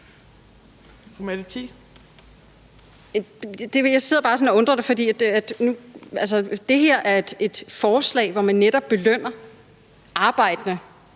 Det her er et forslag, hvor man netop belønner arbejdende